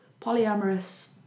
polyamorous